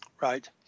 Right